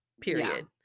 Period